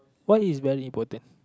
why is very important